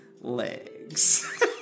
legs